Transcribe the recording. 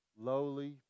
lowly